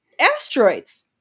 asteroids